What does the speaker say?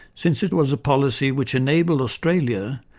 since it was a policy which enabled australia,